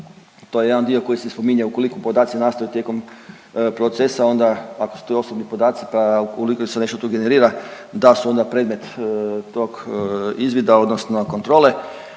To je jedan dio koji se spominje, ukoliko podaci nastaju tijekom procesa onda ako su to osobni podaci pa ukoliko se nešto tu generira da su onda predmet tog izvida odnosno kontrole.